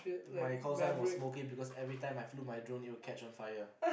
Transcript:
my callsign was smokey because every time I flew my drone it will catch on fire